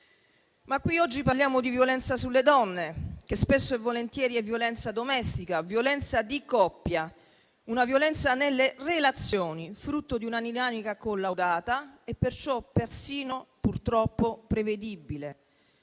Oggi parliamo di violenza sulle donne, che spesso e volentieri è violenza domestica e di coppia; una violenza nelle relazioni, frutto di una dinamica collaudata e perciò persino, purtroppo, prevedibile,